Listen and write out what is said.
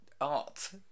art